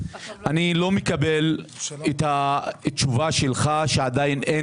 אני לא מקבל את התשובה שלך שעדיין אין